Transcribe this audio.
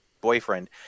boyfriend